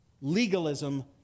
Legalism